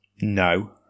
No